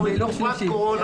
אנחנו בתקופת קורונה.